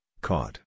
caught